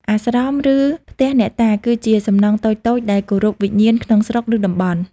អាស្រម ឬ ផ្ទះអ្នកតា គឺជាសំណង់តូចៗដែលគោរពវិញ្ញាណក្នុងស្រុក ឬ តំបន់។